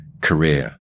career